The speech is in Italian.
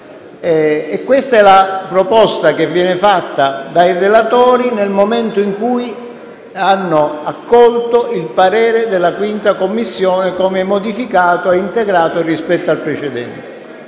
Questa è la proposta che viene fatta dai relatori, nel momento in cui hanno accolto il parere della 5a Commissione, come modificato e integrato rispetto al precedente.